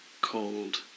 called